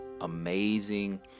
amazing